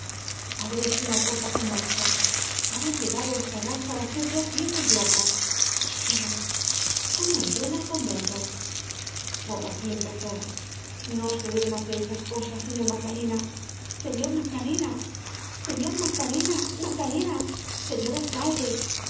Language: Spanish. haber hecho una cosa como esta haber llegado á esta edad para ser dos viejos locos pero cómo entró en el convento por aquí empezó no se deben hacer esas cosas señor magdalena señor magdalena señor magdalena magdalena señor alcalde